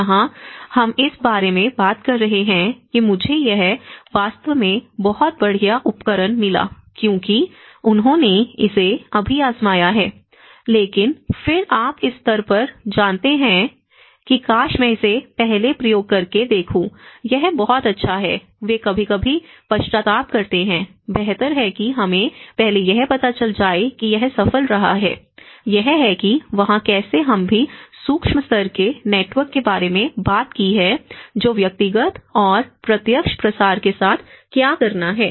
यहाँ हम इस बारे में बात कर रहे हैं कि मुझे यह वास्तव में बहुत बढ़िया उपकरण मिला क्योंकि उन्होंने इसे अभी आज़माया है लेकिन फिर आप इस स्तर पर जानते हैं कि काश मैं इसे पहले प्रयोग करके देखूँ यह बहुत अच्छा है वे कभी कभी पश्चाताप करते हैं बेहतर है कि हमें पहले यह पता चल जाए कि यह सफल रहा है यह है कि वहाँ कैसे हम भी सूक्ष्म स्तर के नेटवर्क के बारे में बात की है जो व्यक्तिगत और प्रत्यक्ष प्रसार के साथ क्या करना है